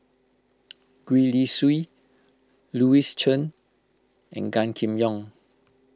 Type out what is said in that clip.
Gwee Li Sui Louis Chen and Gan Kim Yong